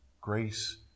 Grace